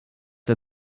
der